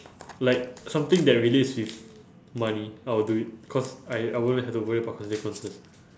like something that relates with money I would do it cause I I wouldn't have to worry about consequences